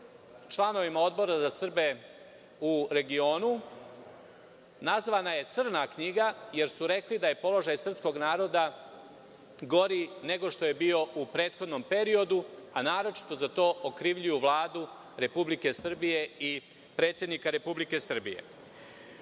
članovima Odbora za Srbe u regionu i nazvana je „crna knjiga“, jer su rekli da je položaj srpskog naroda gori nego što je bio u prethodnom periodu, a naročito za to okrivljuju Vladu Republike Srbije i predsednika Republike Srbije. Država